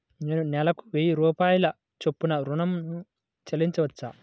నేను నెలకు వెయ్యి రూపాయల చొప్పున ఋణం ను చెల్లించవచ్చా?